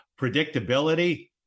predictability